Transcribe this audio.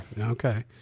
Okay